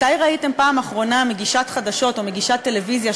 מתי ראיתם בפעם האחרונה מגישת חדשות או מגישת טלוויזיה,